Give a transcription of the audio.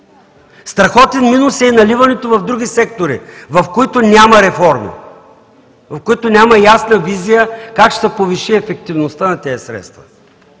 Страхотен минус е и наливането в други сектори, в които няма реформи, в които няма ясна визия как ще се повиши ефективността на тези средства